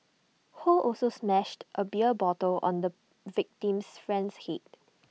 ho also smashed A beer bottle on the victim's friend's Head